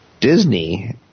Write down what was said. Disney